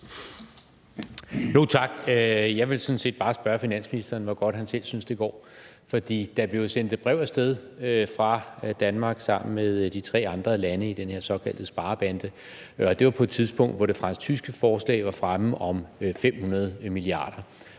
Tak. Jeg vil sådan set bare spørge finansministeren om, hvor godt han selv synes det går, for der blev jo sendt et brev af sted fra Danmark sammen med de tre andre lande i den her såkaldte sparebande. Og det var på et tidspunkt, hvor det fransk-tyske forslag var fremme om 500 milliarder,